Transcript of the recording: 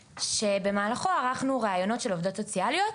שבמהלכו ערכנו ראיונות של עובדות סוציאליות